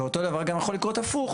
ואותו דבר גם יכול לקרות הפוך.